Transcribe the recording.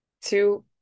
two